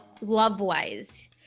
love-wise